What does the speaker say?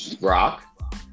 Rock